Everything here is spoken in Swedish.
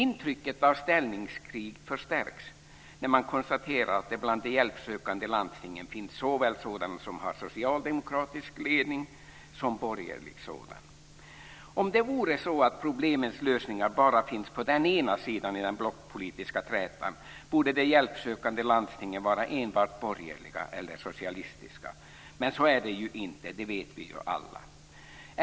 Intrycket av ställningskrig förstärks när man konstaterar att det bland de hjälpsökande landstingen finns såväl sådana som har socialdemokratisk ledning som borgerlig sådan. Men så är det inte. Det vet vi ju alla.